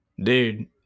Dude